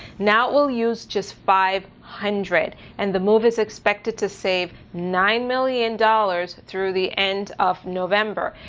now it will use just five hundred and the move is expected to save nine million dollars through the end of november.